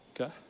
okay